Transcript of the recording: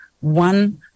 one